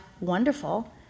wonderful